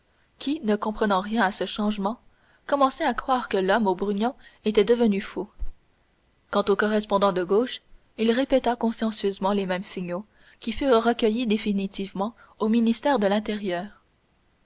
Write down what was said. qui ne comprenant rien à ce changement commençait à croire que l'homme aux brugnons était devenu fou quant au correspondant de gauche il répéta consciencieusement les mêmes signaux qui furent recueillis définitivement au ministère de l'intérieur